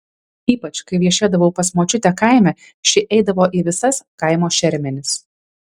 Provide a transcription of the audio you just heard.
ypač kai viešėdavau pas močiutę kaime ši eidavo į visas kaimo šermenis